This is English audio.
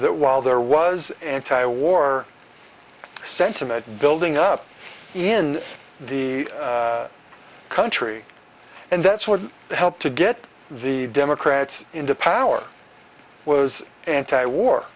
that while there was anti war sentiment building up in the country and that's what helped to get the democrats into power was anti war